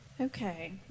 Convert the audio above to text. Okay